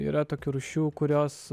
yra tokių rūšių kurios